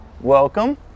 welcome